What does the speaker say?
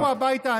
לכו הביתה.